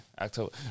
October